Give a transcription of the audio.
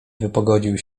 wypogodził